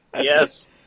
Yes